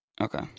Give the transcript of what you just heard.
Okay